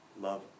love